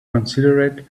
considered